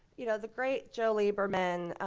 you know, the great joe lieberman,